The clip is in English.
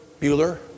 Bueller